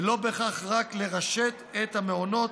ולא בהכרח רק לרשת את המעונות,